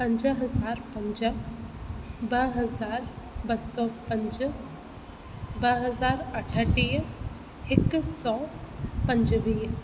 पंज हज़ार पंज ॿ हज़ार ॿ सौ पंज ब हज़ार अठटीह हिकु सौ पंजुवीह